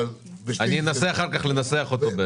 אבל --- אני אנסה אחר כך לנסח אותה.